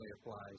applies